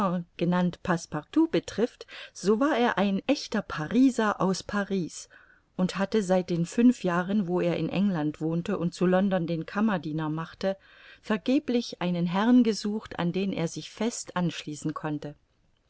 genannt passepartout betrifft so war er ein echter pariser aus paris und hatte seit den fünf jahren wo er in england wohnte und zu london den kammerdiener machte vergeblich einen herrn gesucht an den er sich fest anschließen konnte